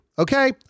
Okay